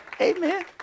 Amen